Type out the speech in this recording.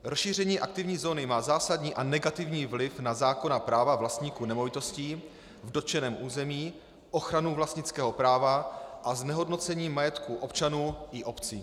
Rozšíření aktivní zóny má zásadní a negativní vliv na zákonná práva vlastníků nemovitostí v dotčeném území, ochranu vlastnického práva a znehodnocení majetku občanů i obcí.